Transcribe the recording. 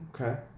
Okay